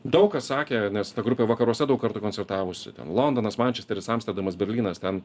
daug kas sakė nes ta grupė vakaruose daug kartų konsertavusi londonas mančesteris amsterdamas berlynas ten